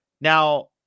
Now